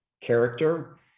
character